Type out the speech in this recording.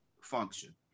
function